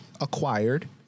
acquired